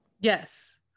yes